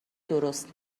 درست